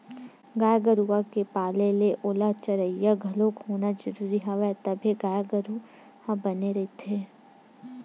गाय गरुवा के पाले ले ओला चरइया घलोक होना जरुरी हवय तभे गाय गरु ह बने रइही